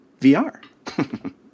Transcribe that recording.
VR